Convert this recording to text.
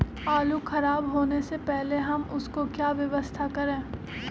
आलू खराब होने से पहले हम उसको क्या व्यवस्था करें?